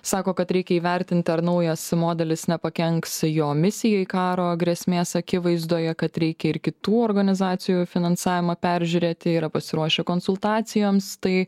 sako kad reikia įvertinti ar naujas modelis nepakenks jo misijai karo grėsmės akivaizdoje kad reikia ir kitų organizacijų finansavimą peržiūrėti jie yra pasiruošę konsultacijoms tai